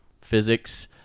physics